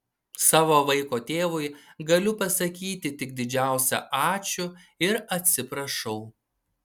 savo vaiko tėvui galiu pasakyti tik didžiausią ačiū ir atsiprašau